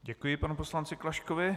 Děkuji panu poslanci Klaškovi.